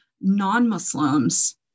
non-Muslims